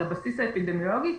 על בסיס האפידמיולוגי,